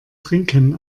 trinken